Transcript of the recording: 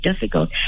difficult